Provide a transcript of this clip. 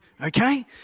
Okay